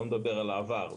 לא מדבר על העבר,